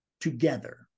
together